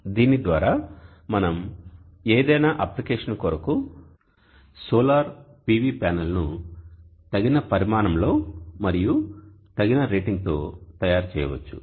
దీని ద్వారా మనం ఏదైనా అప్లికేషన్ కొరకు సోలార్ PV ప్యానెల్ను తగిన పరిమాణంలో మరియు తగిన రేటింగ్ తో తయారు చేయవచ్చు